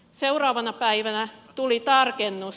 seuraavana päivänä tuli tarkennus